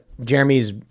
Jeremy's